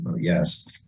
Yes